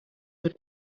wird